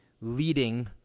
leading